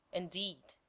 indeed